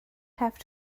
have